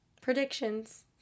Predictions